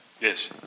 Yes